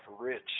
rich